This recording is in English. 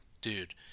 dude